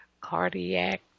cardiac